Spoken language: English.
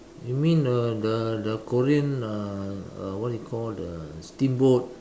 you mean the the the Korean uh uh what do you call the steamboat